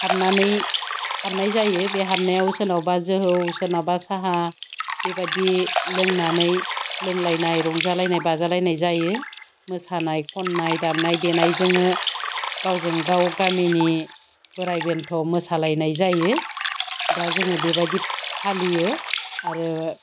हाबनानै हाबनाय जायो बे हाबनायाव सोरनावबा जोहौ सोरनाबा साहा बेबायदि लोंनानै लोंलायनाय रंजालायनाय बाजालायनाय जायो मोसानाय खन्नाय दामनाय देनाय जोङो गावजों गाव गामिनि बोराय बेन्थ' मोसालायनाय जायो दा जोङो बेबायदि फालियो आरो